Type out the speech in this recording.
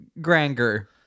granger